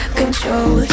control